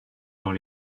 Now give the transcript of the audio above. dans